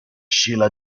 shiela